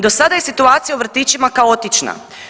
Do sada je situacija u vrtićima kaotična.